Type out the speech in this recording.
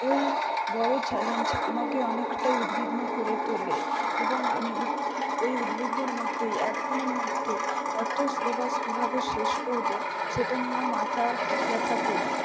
ওই বড়ো চ্যালেঞ্জ আমাকে অনেকটাই উদ্বিগ্ন করে তোলে এবং আমি ওই উদ্বিগ্নর মধ্যেই এক দিনের মধ্যে অতো সিলেবাস কীভাবে শেষ করবো সেটা নিয়ে মাথা ব্যাথা করি